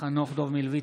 חנוך דב מלביצקי,